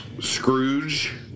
Scrooge